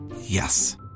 Yes